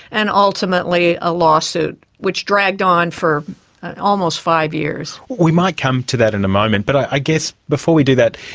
and ultimately a lawsuit, which dragged on for almost five years. we might come to that in a moment, but i guess before we do that,